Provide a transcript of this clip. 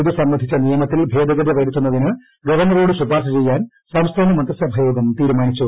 ഇതു സംബന്ധിച്ച നിയമത്തിൽ ഭേദഗതി വരുത്തുന്നതിന് ഗവർണറോട് ശുപാർശ ചെയ്യാൻ സംസ്ഥാന മന്ത്രിസഭാ തീരുമാനിച്ചു